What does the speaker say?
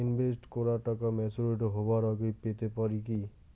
Invest করা টাকা maturity হবার আগেই পেতে পারি কি?